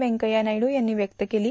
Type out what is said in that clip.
वेंकय्या नायडू यांनी व्यक्त केली आहे